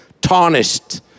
tarnished